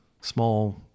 small